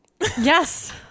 yes